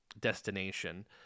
destination